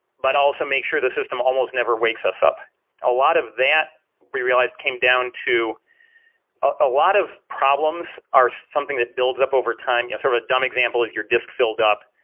but also make sure the system almost never wakes us up a lot of that we realized came down to a lot of problems are something that builds up over time. yeah sort of a dumb example is your disk filled up.